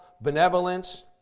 benevolence